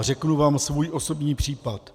Řeknu vám svůj osobní případ.